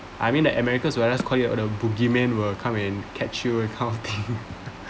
I mean the america's whereas called it a bogeyman will come and catch you kind of thing